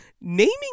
naming